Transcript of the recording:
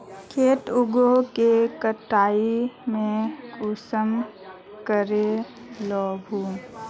खेत उगोहो के कटाई में कुंसम करे लेमु?